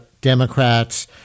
Democrats